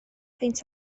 peint